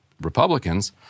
Republicans